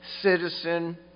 citizen